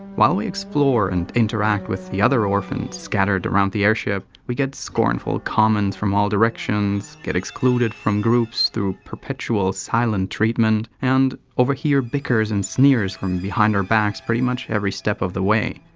while we explore and interact with the other orphans scattered around the airship, we get scornful comments from all directions, get excluded from groups through perpetual silent treatment and overhear bickers and sneers from behind our backs pretty much every step of the way.